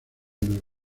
nueva